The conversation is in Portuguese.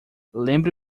lembre